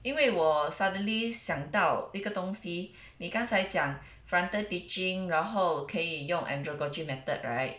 因为我 suddenly 想到一个东西你刚才讲 frontal teaching 然后可以用 andragogy method right